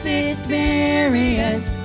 experience